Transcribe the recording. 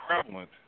prevalent